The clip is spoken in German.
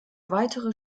weitere